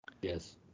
yes